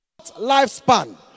lifespan